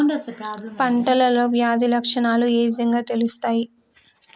పంటలో వ్యాధి లక్షణాలు ఏ విధంగా తెలుస్తయి?